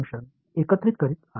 இந்த பையன் எப்படி இருப்பான்